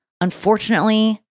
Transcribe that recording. unfortunately